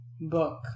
book